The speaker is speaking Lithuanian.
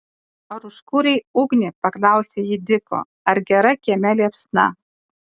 ar užkūrei ugnį paklausė ji diko ar gera kieme liepsna